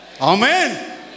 Amen